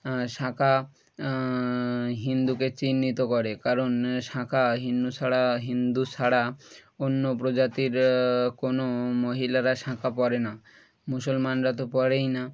শাঁখা হিন্দুকে চিহ্নিত করে কারণ শাঁখা হিন্দু সাড়া হিন্দু ছাড়া অন্য প্রজাতির কোনো মহিলারা শাঁখা পরে না মুসলমানরা তো পরেই না